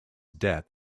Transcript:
death